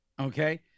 okay